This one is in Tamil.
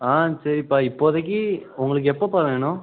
ஆ சரிப்பா இப்போதைக்கு உங்களுக்கு எப்போப்பா வேணும்